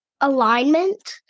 alignment